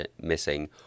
missing